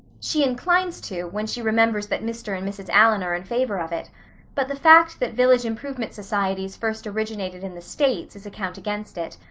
she inclines to, when she remembers that mr. and mrs. allan are in favor of it but the fact that village improvement societies first originated in the states is a count against it.